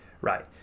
Right